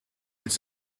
its